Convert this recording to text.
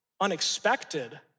unexpected